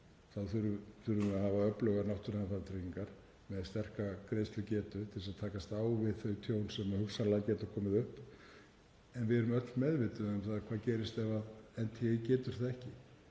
þurfum við að hafa öflugar náttúruhamfaratryggingar með sterka greiðslugetu til að takast á við þau tjón sem hugsanlega geta orðið en við erum öll meðvituð um hvað gerist ef NTÍ getur það ekki.